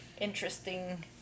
interesting